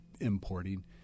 importing